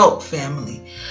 family